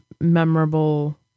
memorable